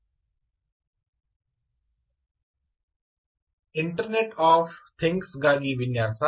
T V Prabhakar Department of Electronic Systems Engineering Indian Institute of Science Bangalore internet of things ಗಾಗಿ ವಿನ್ಯಾಸ pro